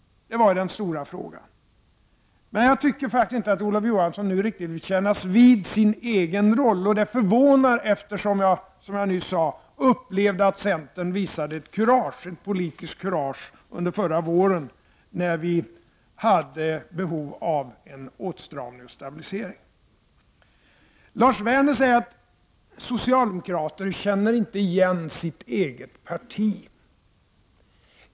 Nu vill Olof Johansson inte riktigt kännas vid sin egen roll, och det förvånar, eftersom jag upplevde att centern visade ett politiskt kurage under förra våren, när vi hade behov av en åtstramning och stabilisering. Lars Werner säger att socialdemokrater inte känner igen sitt eget parti.